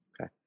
okay